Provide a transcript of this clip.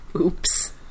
Oops